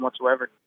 whatsoever